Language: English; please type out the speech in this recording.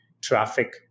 traffic